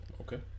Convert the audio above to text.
okay